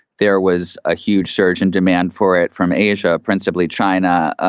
there was a huge surge in demand for it from asia, principally china,